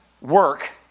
work